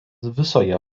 visoje